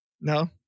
No